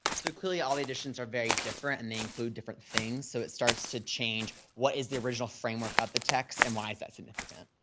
so clearly, all the editions are very different and they include different things. so it starts to change what is the original framework of the text? and why is that significant?